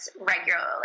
regularly